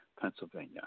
Pennsylvania